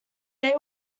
they